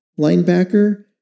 linebacker